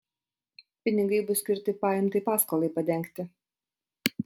pinigai bus skirti paimtai paskolai padengti